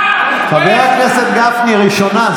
חבר הכנסת גפני, ראשונה.